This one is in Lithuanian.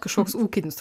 kažkoks ūkinis